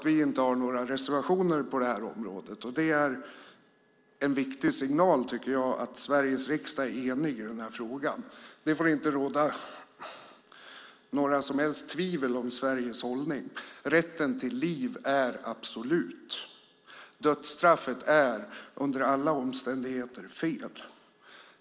Vi har inga reservationer på det här området, och det är en viktig signal att Sveriges riksdag är enig i den här frågan. Det får inte råda några som helst tvivel om Sveriges hållning. Rätten till liv är absolut. Dödsstraffet är under alla omständigheter fel.